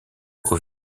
aux